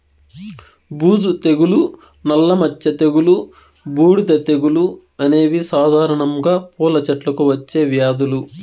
బూజు తెగులు, నల్ల మచ్చ తెగులు, బూడిద తెగులు అనేవి సాధారణంగా పూల చెట్లకు వచ్చే వ్యాధులు